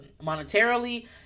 monetarily